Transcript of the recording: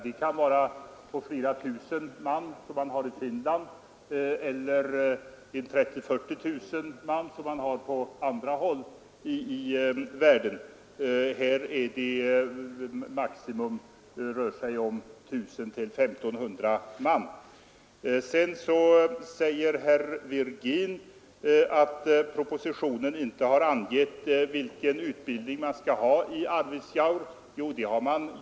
Det kan vara flera tusen man, som är fallet i Finland, eller 30 000-40 000 man, som är fallet på andra håll i världen. Här i Sverige rör det sig om 1 000—1 500 man som lämplig storlek. Herr Virgin sade att det inte har angivits i propositionen vilken utbildning som skall bedrivas i Arvidsjaur.